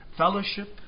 fellowship